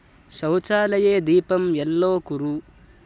शौचालये दीपं यल्लो कुरु